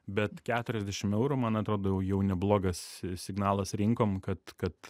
bet keturiasdešim eurų man atrodo jau neblogas signalas rinkom kad kad